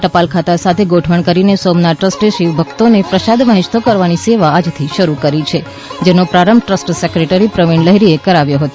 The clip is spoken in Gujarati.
ટપાલ ખાતા સાથે ગોઠવણ કરીને સોમનાથ ટ્રસ્ટે શિવ ભક્તોને પ્રસાદ પહોંચતો કરવાની સેવા આજથી શરૂ કરી છે જેનો પ્રારંભ ટ્રસ્ટ સેક્રેટરી પ્રવીણ લહેરીએ કરાવ્યો હતો